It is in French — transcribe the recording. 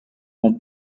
mon